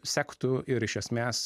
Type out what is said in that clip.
sektų ir iš esmės